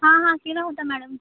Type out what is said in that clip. हां हां केला होता मॅडम